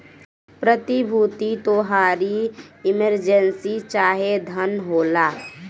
प्रतिभूति तोहारी इमर्जेंसी चाहे धन होला